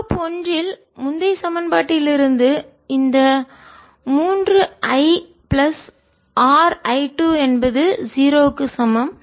loop ஒன்றில் முந்தைய சமன்பாட்டிலிருந்து இந்த 3 I பிளஸ் R I 2 என்பது 0 க்கு சமம்